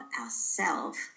ourself